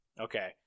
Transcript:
okay